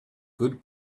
good